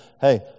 hey